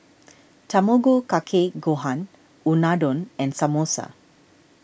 Tamago Kake Gohan Unadon and Samosa